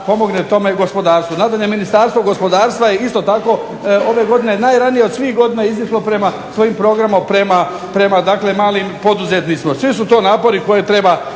pomogne tome gospodarstvu. Nadalje, Ministarstvo gospodarstvo je isto tako ove godine najranije od svih godina izišlo prema, svojim programom prema dakle malim poduzetnicima. Sve su to napori koje treba